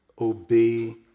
Obey